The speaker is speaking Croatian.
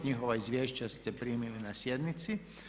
Njihova izvješća ste primili na sjednici.